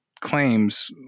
claims